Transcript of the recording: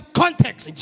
context